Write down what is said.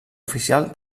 oficial